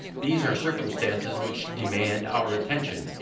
these are circumstances which demand our attention,